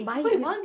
buy